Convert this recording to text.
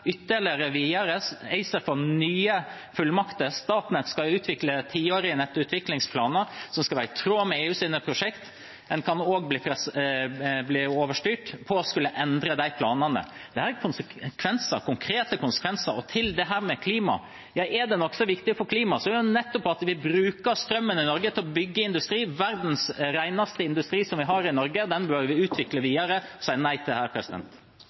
ytterligere videre. ACER får nye fullmakter. Statnett skal utvikle tiårige nettutviklingsplaner som skal være i tråd med EUs prosjekt. En kan også bli overstyrt med tanke på å skulle endre de planene. Dette er konsekvenser – konkrete konsekvenser. Til dette med klima: Ja, er det noe som er viktig for klimaet, er det nettopp at vi bruker strømmen i Norge til å bygge industri. Verdens reneste industri som vi har i Norge – den bør vi utvikle videre og si nei til